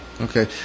okay